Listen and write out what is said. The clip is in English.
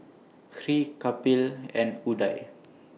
Hri Kapil and Udai